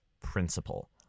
principle